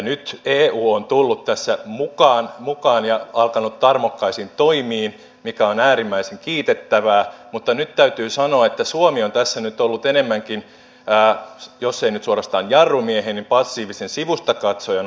nyt eu on tullut tässä mukaan ja alkanut tarmokkaisiin toimiin mikä on äärimmäisen kiitettävää mutta nyt täytyy sanoa että suomi on tässä nyt ollut enemmänkin jos ei nyt suorastaan jarrumiehen niin passiivisen sivustakatsojan osassa